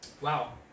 Wow